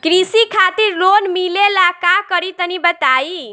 कृषि खातिर लोन मिले ला का करि तनि बताई?